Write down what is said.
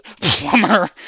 Plumber